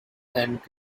and